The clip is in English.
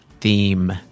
theme